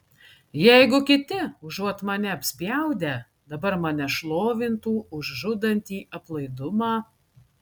jeigu kiti užuot mane apspjaudę dabar mane šlovintų už žudantį aplaidumą